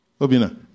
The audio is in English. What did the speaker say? Obina